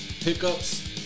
pickups